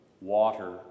water